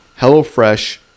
HelloFresh